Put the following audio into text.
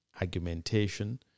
argumentation